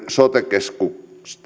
sote keskusten